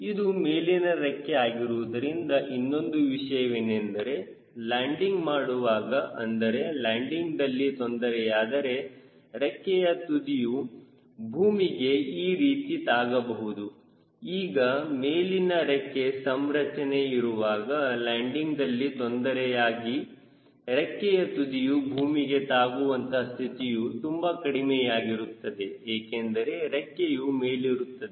ಇದು ಮೇಲಿನ ರೆಕ್ಕೆ ಆಗಿರುವುದರಿಂದ ಇನ್ನೊಂದು ವಿಷಯವೆಂದರೆ ಲ್ಯಾಂಡಿಂಗ್ ಮಾಡುವಾಗ ಅಂದರೆ ಲ್ಯಾಂಡಿಂಗ್ದಲ್ಲಿ ತೊಂದರೆಯಾದರೆ ರೆಕ್ಕೆಯ ತುದಿಯು ಭೂಮಿಗೆ ಈ ರೀತಿ ತಾಗಬಹುದು ಈಗ ಮೇಲಿನ ರೆಕ್ಕೆ ಸಂರಚನೆ ಇರುವಾಗ ಲ್ಯಾಂಡಿಂಗ್ದಲ್ಲಿ ತೊಂದರೆಯಾಗಿ ರೆಕ್ಕೆಯ ತುದಿಯು ಭೂಮಿಗೆ ತಾಗುವಂತಹ ಸ್ಥಿತಿಯು ತುಂಬಾ ಕಡಿಮೆಯಾಗಿರುತ್ತದೆ ಏಕೆಂದರೆ ರೆಕ್ಕೆಯು ಮೇಲಿರುತ್ತದೆ